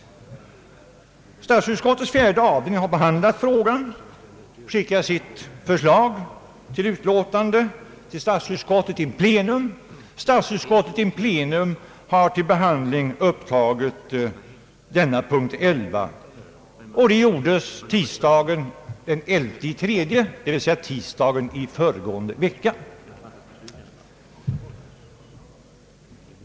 Statsutskottets fjärde avdelning har behandlat frågan, skickat sitt förslag till utlåtande till statsutskottet in pleno, och statsutskottet in pleno har till behandling upptagit punkten 11. Det gjordes tisdagen den 11 mars, dvs. tisdagen i föregående vecka.